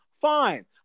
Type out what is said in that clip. fine